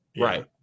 right